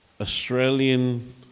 Australian